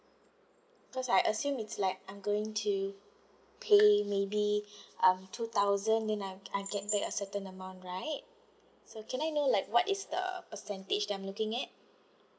because I assume it's like I'm going to pay maybe um two thousand then I I get back a certain amount right so can I know like what is the percentage that I am looking at